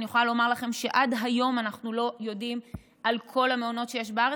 אני יכולה לומר לכם שעד היום אנחנו לא יודעים על כל המעונות שיש בארץ.